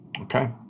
Okay